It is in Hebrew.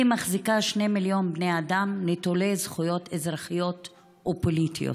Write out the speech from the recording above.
היא מחזיקה שני מיליון בני אדם נטולי זכויות אזרחיות ופוליטיות",